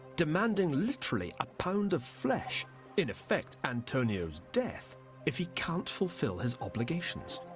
demanding literally a pound of flesh' in effect antonio's death if he can't fulfil his obligations?